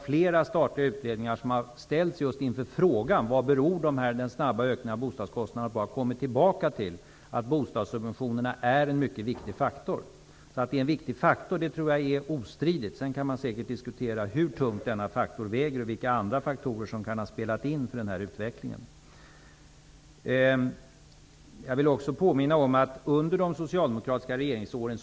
Flera statliga utredningar, som just har ställts inför frågan vad den snabba ökningen av bostadskostnaderna beror på, har dock kommit fram till att bostadssubventionerna är en mycket viktig faktor. Att bostadssubventionerna är en viktigt faktor är ostridigt. Men det kan säkert diskuteras hur tungt denna faktor väger och vilka andra faktorer som kan ha spelat in för den här utvecklingen. Jag vill påminna om att bostadssubventionerna successivt minskade under de socialdemokratiska regeringsåren.